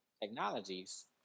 technologies